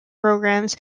programs